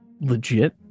legit